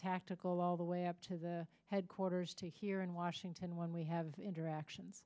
tactical all the way up to the headquarters to here in washington when we have interactions